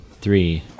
three